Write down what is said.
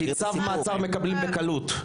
צו מעצר מקבלים בקלות.